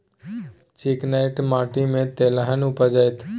चिक्कैन माटी में तेलहन उपजतै?